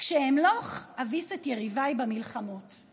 "כשאמלוך אביס את יריביי במלחמות /